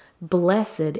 Blessed